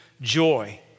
joy